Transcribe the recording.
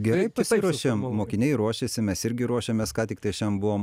gerai pasiruošėm mokiniai ruošėsi mes irgi ruošiamės ką tiktai šian buvom